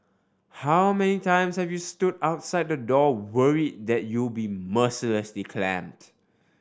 how many times have you stood outside the door worried that you'll be mercilessly clamped